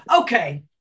Okay